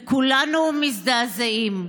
וכולנו מזדעזעים.